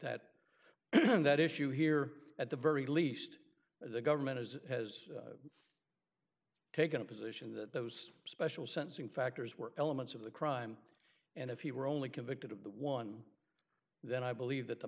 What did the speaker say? on that issue here at the very least the government as has taken a position that those special sensing factors were elements of the crime and if he were only convicted of the one then i believe that the